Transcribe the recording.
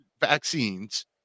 vaccines